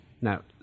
Now